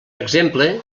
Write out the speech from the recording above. exemple